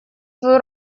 свою